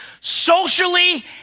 socially